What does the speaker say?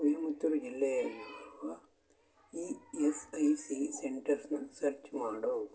ಕೊಯ್ಮುತ್ತೂರು ಜಿಲ್ಲೆಯಲ್ಲಿರುವ E S I C ಸೆಂಟರ್ಸ್ನ search ಮಾಡು